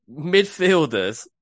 Midfielders